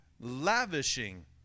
lavishing